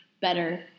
better